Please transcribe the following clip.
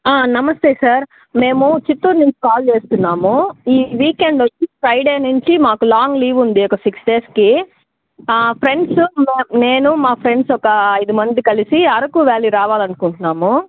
నమస్తే సార్ మేము చిత్తూర్ నుంచి కాల్ చేస్తున్నాము ఈ వీకెండొచ్చి ఈ ఫ్రైడే నుంచి మాకు లాంగ్ లీవుంది సిక్స్ డేస్కి ఫ్రెండ్సు నేను మా ఫ్రెండ్స్ ఒక ఐదుమంది కలిసి అరకు వ్యాలీ రావాలనుకుంటున్నాము